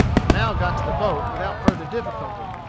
i now got to the boat without further difficulty.